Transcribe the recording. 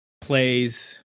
plays